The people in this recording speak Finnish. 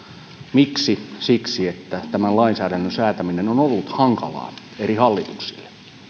miksi siksi että tämän lainsäädännön säätäminen on ollut hankalaa eri hallituksille tässä